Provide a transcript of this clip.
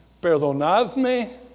Perdonadme